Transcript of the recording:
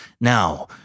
Now